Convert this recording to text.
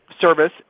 service